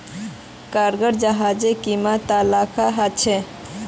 cargo जहाजेर कीमत त लाखत ह छेक